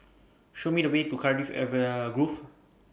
Show Me The Way to Cardifi Grove